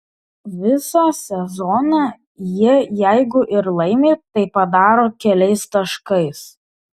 visą sezoną jie jeigu ir laimi tai padaro keliais taškais